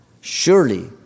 surely